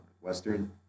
Western